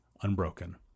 unbroken